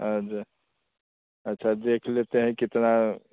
और अच्छा देख लेते हैं कितना